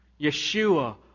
Yeshua